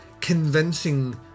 convincing